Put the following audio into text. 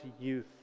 youth